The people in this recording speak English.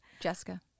Jessica